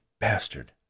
bastard